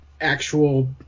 actual